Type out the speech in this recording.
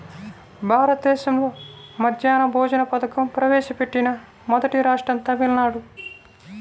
భారతదేశంలో మధ్యాహ్న భోజన పథకం ప్రవేశపెట్టిన మొదటి రాష్ట్రం తమిళనాడు